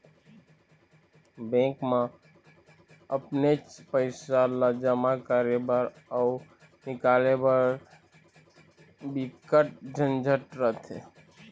bank म अपनेच पइसा ल जमा करे बर अउ निकाले बर बिकट झंझट रथे